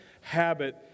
habit